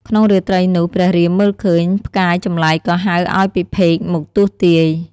ក្នុងរាត្រីនោះ ព្រះរាមមើលឃើញ ផ្កាយចម្លែកក៏ហៅឱ្យពិភេកមកទស្សន៍ទាយ។